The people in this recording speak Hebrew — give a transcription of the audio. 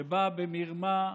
שבאה במרמה,